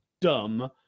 dumb